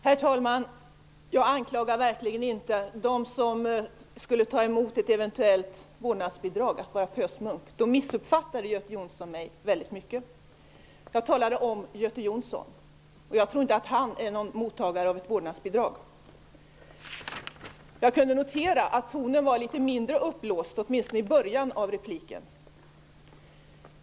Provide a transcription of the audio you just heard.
Herr talman! Jag anklagar verkligen inte dem som skulle ta emot ett eventuellt vårdnadsbidrag för att vara pösmunkar. Göte Jonsson missuppfattade mig. Jag talade om Göte Jonsson. Jag tror inte att han är mottagare av ett vårdnadsbidrag. Jag kunde notera att tonen var litet mindre uppblåst, åtminstone i början av repliken.